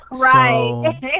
right